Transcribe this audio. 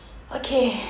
okay